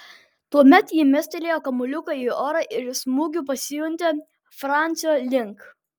tuomet ji mestelėjo kamuoliuką į orą ir smūgiu pasiuntė francio link